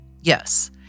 Yes